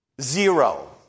Zero